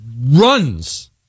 runs